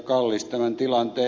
kallis tämän tilanteen